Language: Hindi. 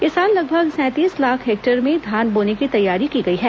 इस साल लगभग सैंतीस लाख हेक्टेयर में धान बोने की तैयारी की गई है